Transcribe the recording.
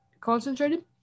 concentrated